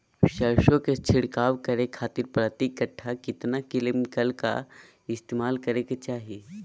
सरसों के छिड़काव करे खातिर प्रति कट्ठा कितना केमिकल का इस्तेमाल करे के चाही?